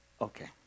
Okay